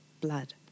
blood